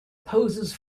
poses